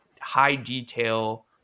high-detail